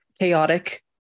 chaotic